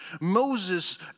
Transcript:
Moses